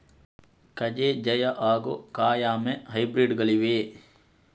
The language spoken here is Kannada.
ಕಜೆ ಜಯ ಹಾಗೂ ಕಾಯಮೆ ಹೈಬ್ರಿಡ್ ಗಳಿವೆಯೇ?